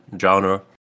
genre